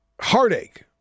Heartache